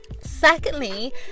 Secondly